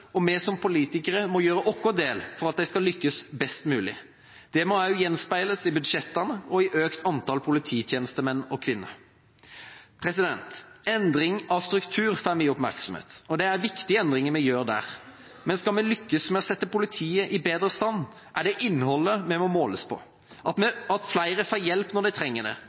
og vi som politikere må gjøre vår del for at de skal lykkes best mulig. Det må også gjenspeiles i budsjettene og i økt antall polititjenestemenn og -kvinner. Endring av struktur får mye oppmerksomhet – og det er viktige endringer vi gjør der – men skal vi lykkes med å sette politiet i bedre stand, er det innholdet vi må måles på: at flere får hjelp når de trenger det,